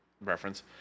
reference